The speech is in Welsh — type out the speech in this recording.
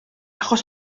achos